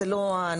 כי זה לא הנושא,